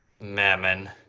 mammon